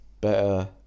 better